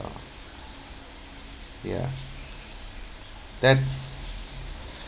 ya then